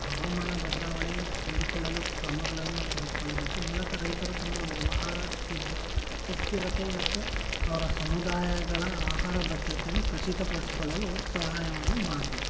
ಹವಾಮಾನ ಬದಲಾವಣೆ ಹೊಂದಿಕೊಳ್ಳಲು ಕ್ರಮಗಳನ್ನು ನಾವು ತೆಗೆದುಕೊಳ್ಳಬೇಕು ಮೂಲಕ ರೈತರು ತಮ್ಮ ವ್ಯವಹಾರ ಸಿದ್ದ ಸುಸ್ಥಿರತೆ ಮತ್ತು ಅವರ ಸಮುದಾಯಗಳ ಆಹಾರ ಭದ್ರತೆಯನ್ನು ಖಚಿತ ಪಡಿಸ್ಕೊಳ್ಳಲು ಸಹಾಯವನ್ನು ಮಾಡ್ಬೋದು